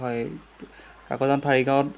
হয় কাকজান ঢাৰিগাঁৱত